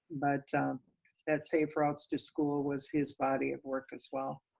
but that safe routes to school was his body of work as well.